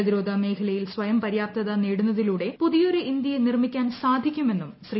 പ്രതിരോധ മേഖലയിൽ സ്വയംപര്യാപ്തത നേടുന്നതിലൂടെ പുതിയൊരു ഇന്ത്യയെ നിർമ്മിക്കാൻ സാധിക്കുമെന്നും ശ്രീ